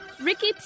Ricky